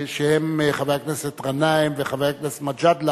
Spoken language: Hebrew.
שהם חברי הכנסת גנאים ומג'אדלה,